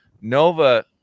Nova